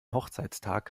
hochzeitstag